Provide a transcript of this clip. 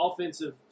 offensive